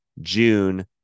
June